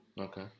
okay